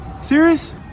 Serious